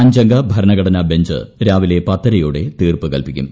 അഞ്ചംഗ ഭരണഘടനാ ബഞ്ച് രാവിലെ പത്തരയോടെ തീർപ്പുകൽപിക്കും